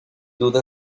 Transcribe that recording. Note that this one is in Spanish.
duda